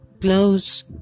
close